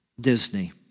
Disney